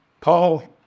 Paul